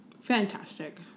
fantastic